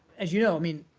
as you know, i mean,